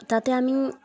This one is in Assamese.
তাতে আমি